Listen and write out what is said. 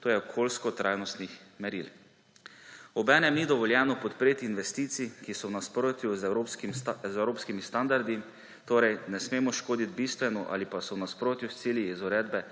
to je okoljsko trajnostnih meril. Obenem ni dovoljeno podpreti investicij, ki so v nasprotju z evropskimi standardi, torej ne smemo škoditi bistveno, ali pa so v nasprotju s cilji iz Uredbe